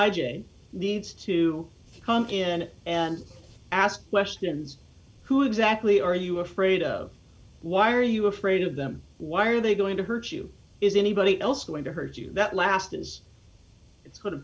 a needs to come in and ask questions who exactly are you afraid of why are you afraid of them why are they going to hurt you is anybody else going to hurt you that last is